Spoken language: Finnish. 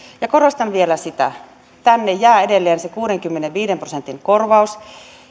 ja korostan vielä sitä että tänne jää edelleen se kuudenkymmenenviiden prosentin korvaus